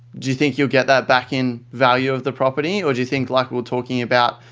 do you think you get that back in value of the property would you think like we're talking about